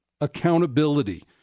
accountability